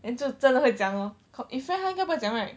then 就真的会讲 lor cau~ if friend 她应该不会讲 right